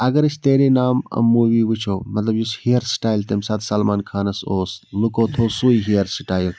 اگر أسۍ تیرے نام موٗوی وُچھو مطلب یُس ہِیٚیَر سِٹایل تَمہِ ساتہٕ سَلمان خانَس اوس لُکو تھوٚو سُے ہیٚیَر سِٹایِل